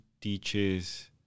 teaches